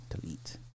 Delete